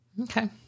Okay